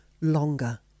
longer